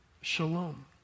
Shalom